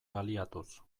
baliatuz